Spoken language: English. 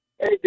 Hey